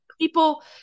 people